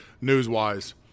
news-wise